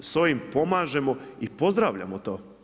S ovim pomažemo i pozdravljamo to.